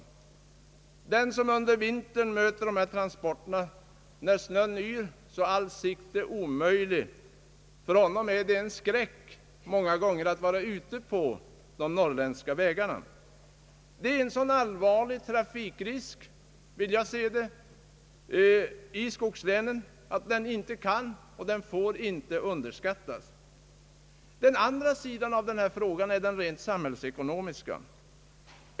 För den som under vintern möter dessa transporter när snön yr så att all sikt är omöjlig, är det många gånger en skräck att vara ute på de norrländska vägarna. Detta är, enligt mitt sätt att se, en så allvarlig trafikrisk inom skogslänen att den inte kan och inte får underskattas. Den andra sidan av denna fråga är den rent samhällsekonomiska.